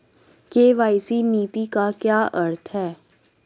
KYC नीति का क्या अर्थ है?